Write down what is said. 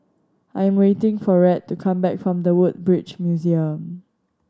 I am waiting for Rhett to come back from The Woodbridge Museum